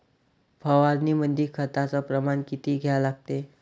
फवारनीमंदी खताचं प्रमान किती घ्या लागते?